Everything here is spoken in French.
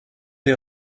des